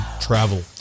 Travel